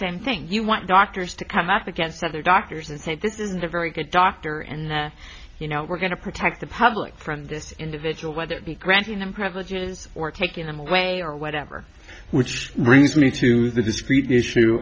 same thing you want doctors to half against other doctors and say this is a very good doctor and that you know we're going to protect the public from this individual whether it be granting them privileges or taking them away or whatever which brings me to the discreet issue